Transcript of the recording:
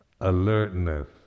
alertness